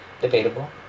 Debatable